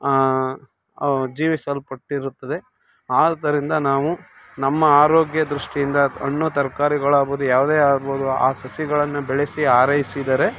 ಅವು ಜೀವಿಸಲ್ಪಟ್ಟಿರುತ್ತದೆ ಆದುದರಿಂದ ನಾವು ನಮ್ಮ ಆರೋಗ್ಯ ದೃಷ್ಟಿಯಿಂದ ಹಣ್ಣು ತರಕಾರಿಗಳಾಗ್ಬೊದು ಯಾವುದೇ ಆಗ್ಬೊದು ಆ ಸಸಿಗಳನ್ನು ಬೆಳೆಸಿ ಆರೈಸಿದರೆ